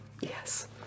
Yes